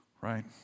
right